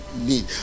need